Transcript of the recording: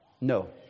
No